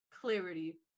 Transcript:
clarity